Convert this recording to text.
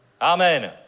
Amen